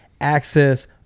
access